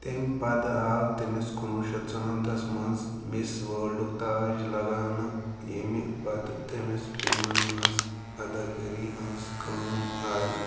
تَمہِ پتہٕ آو تٔمِس کُنوُہ شیٚتھ ژُنَمتھَس منٛز مِس وٲرلڈُک تاج لَگاونہٕ ییٚمہِ پتہٕ تٔمِس فِلمَن منٛز اَداکٲری ہٕنٛز کٲم آیہِ